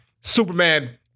Superman